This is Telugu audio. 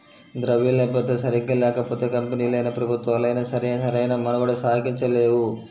ద్రవ్యలభ్యత సరిగ్గా లేకపోతే కంపెనీలైనా, ప్రభుత్వాలైనా సరే సరైన మనుగడ సాగించలేవు